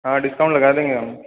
हाँ डिस्काउंट लगा देंगे हम